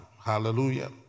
Hallelujah